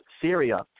Syria